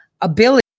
ability